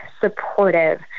supportive